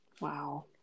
Wow